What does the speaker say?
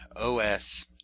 OS